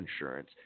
insurance